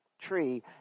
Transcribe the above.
tree